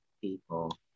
people